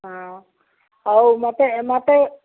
ହଁ ହଉ ମୋତେ ମୋତେ